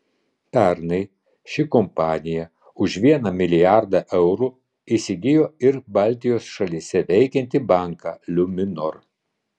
pernai ši kompanija už vieną milijardą eurų įsigijo ir baltijos šalyse veikiantį banką luminor